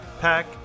Pack